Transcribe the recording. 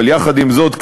אבל יחד עם זאת,